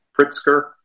Pritzker